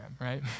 right